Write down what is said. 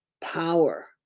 power